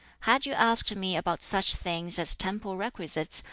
had you asked me about such things as temple requisites,